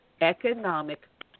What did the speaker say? economic